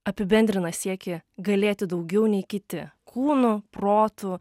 apibendrina siekį galėti daugiau nei kiti kūnu protu